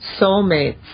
soulmates